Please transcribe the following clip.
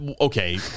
okay